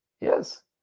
yes